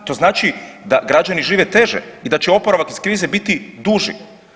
To znači da građani žive teže i da će oporavak iz krize biti duži.